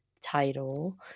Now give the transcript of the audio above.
title